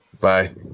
bye